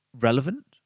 relevant